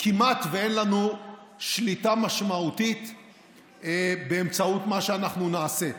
כמעט אין לנו שליטה משמעותית באמצעות מה שנעשה.